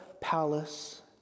palace